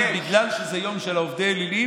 בגלל שזה יום של עובדי האלילים,